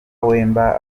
wemba